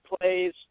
plays